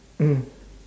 mm